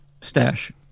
stash